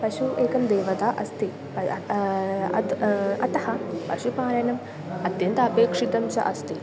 पशुं एकं देवता अस्ति अत् अतः पशुपालनम् अत्यन्तम् अपेक्षितं च अस्ति